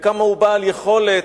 וכמה הוא בעל יכולת.